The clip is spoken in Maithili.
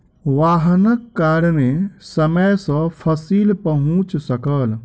वाहनक कारणेँ समय सॅ फसिल पहुँच सकल